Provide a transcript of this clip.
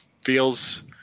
feels